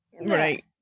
Right